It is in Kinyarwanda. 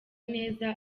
neza